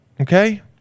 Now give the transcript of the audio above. okay